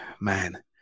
man